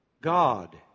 God